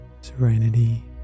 serenity